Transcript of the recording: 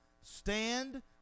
Stand